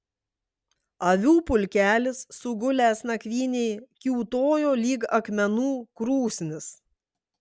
avių pulkelis sugulęs nakvynei kiūtojo lyg akmenų krūsnis